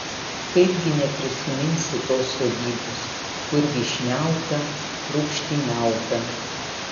kaipgi neprisiminsi tos sodybos kur vyšniauta rūgštyniauta